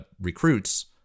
recruits